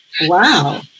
Wow